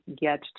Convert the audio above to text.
get